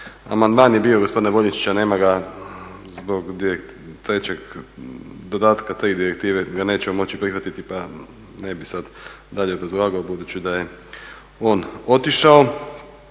Amandman je bio gospodina Boljunčića, nema ga, zbog dodatka 3 direktive ga nećemo moći prihvatiti pa ne bih sad dalje obrazlagao budući da je on otišao.